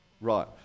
Right